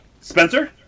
Spencer